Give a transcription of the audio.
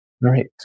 right